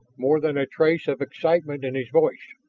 more than a trace of excitement in his voice.